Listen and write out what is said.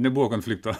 nebuvo konflikto